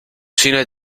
cine